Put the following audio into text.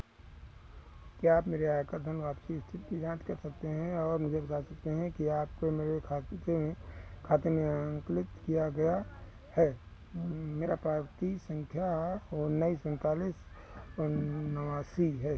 क्या आप मेरे आयकर धन वापसी स्थिति की जाँच कर सकते हैं और मुझे बता सकते हैं कि आपके मेरे बैंक खाते में खाते में आंकलित किया गया है मेरा पावती संख्या उन्नीस उनतालीस उन्नासी है